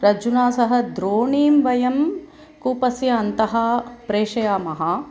रज्जुना सह द्रोणीं वयं कूपस्य अन्तः प्रेषयामः